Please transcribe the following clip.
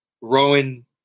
Rowan